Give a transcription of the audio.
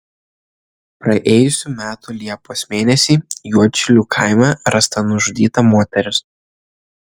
praėjusių metų liepos mėnesį juodšilių kaime rasta nužudyta moteris